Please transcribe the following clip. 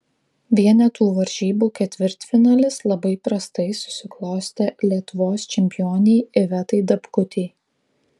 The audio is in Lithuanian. vienetų varžybų ketvirtfinalis labai prastai susiklostė lietuvos čempionei ivetai dapkutei